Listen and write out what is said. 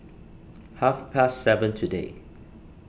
half past seven today